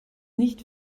nicht